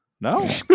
no